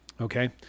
Okay